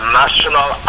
national